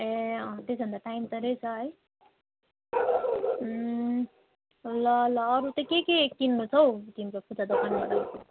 ए अँ त्यसोभने त टाइम त रहेछ है ल ल अरू चाहिँ के के किन्नु छ हौ तिम्रो